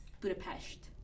Budapest